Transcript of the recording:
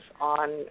on